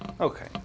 Okay